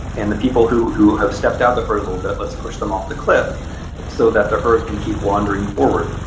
and the people who who have stepped out of the herd a little bit, let's push them off the cliff so that the herd can keep wandering forward.